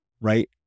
right